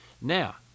Now